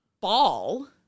ball